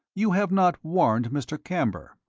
you have not warned mr. camber.